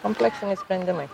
kompleksiniai sprendimai